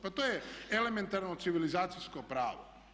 Pa to je elementarno civilizacijsko pravo.